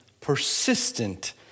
persistent